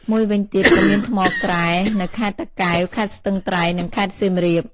មួយវិញទៀតក៏មានថ្មក្រែ នៅខេត្តតាកែវ ខេត្តស្ទឹងត្រែង និងខេត្តសៀមរាប។